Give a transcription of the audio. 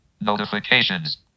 Notifications